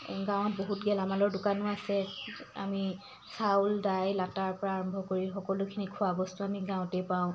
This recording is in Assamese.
গাঁৱত বহুত গেলামালৰ দোকানো আছে আমি চাউল দাইল আটাৰ পৰা আৰম্ভ কৰি সকলোখিনি খোৱা বস্তু আমি গাঁৱতে পাওঁ